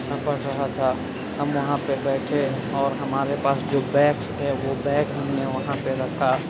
میں پڑھ رہا تھا ہم وہاں پہ بیٹھے اور ہمارے پاس جو بیگس تھے وہ بیگ ہم نے وہاں پہ رکھا